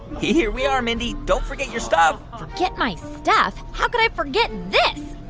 here we are, mindy. don't forget your stuff forget my stuff? how could i forget this?